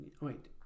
Wait